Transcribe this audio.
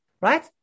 right